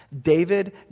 David